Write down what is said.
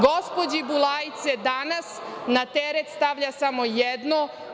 Gospođi Bulajić se danas na teret stavlja samo jedno.